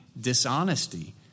dishonesty